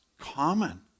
common